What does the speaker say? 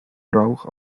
rauch